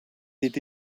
did